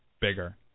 bigger